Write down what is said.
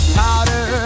powder